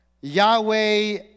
Yahweh